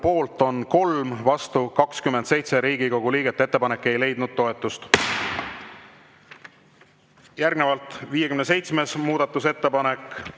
poolt on 3, vastu 27 Riigikogu liiget. Ettepanek ei leidnud toetust. Järgnevalt 57. muudatusettepanek,